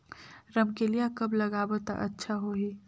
रमकेलिया कब लगाबो ता अच्छा होही?